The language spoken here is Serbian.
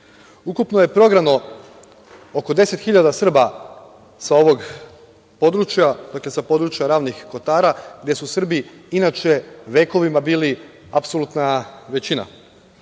Ukupno je prognano oko 10.000 Srba sa ovog područja, dakle sa područja Ravnih Kotara, gde su Srbi inače vekovima bili apsolutna većina. Potpuno